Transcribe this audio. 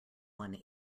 one